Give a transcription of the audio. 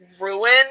ruin